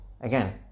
Again